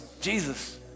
Jesus